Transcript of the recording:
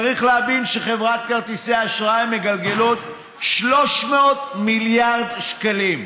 צריך להבין שחברות כרטיסי האשראי מגלגלות 300 מיליארד שקלים.